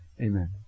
Amen